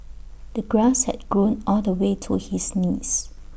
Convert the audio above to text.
the grass had grown all the way to his knees